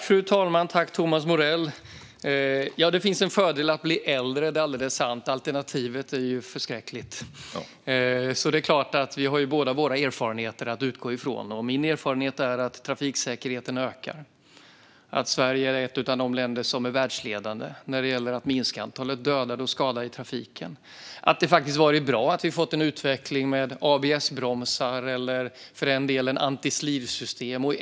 Fru talman! Tack, Thomas Morell! Ja, det är alldeles sant att det finns en fördel med att bli äldre. Alternativet är ju förskräckligt. Vi har båda våra erfarenheter att utgå ifrån. Min erfarenhet är att trafiksäkerheten ökar. Sverige är ett av de världsledande länderna när det gäller att minska antalet döda och skadade i trafiken. Det är bra att vi har fått en utveckling med ABS-bromsar och antislirsystem.